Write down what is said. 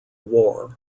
war